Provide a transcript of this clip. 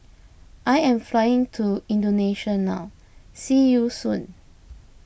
I am flying to Indonesia now see you soon